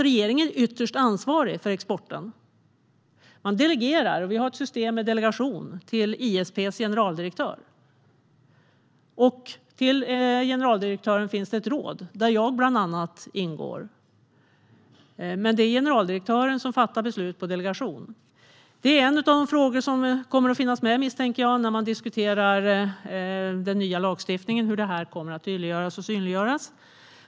Regeringen är ytterst ansvarig för exporten. Eftersom vi har ett system med delegation delegerar regeringen till ISP:s generaldirektör. Generaldirektören har ett råd, i vilket bland andra jag ingår. Det är dock generaldirektören som på delegation fattar beslut. Jag misstänker att detta är en av de frågor som kommer att finnas med när man diskuterar den nya lagstiftningen och hur detta ska tydliggöras och synliggöras.